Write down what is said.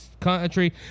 country